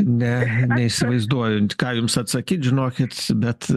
ne neįsivaizduojunt ką jums atsakyt žinokit bet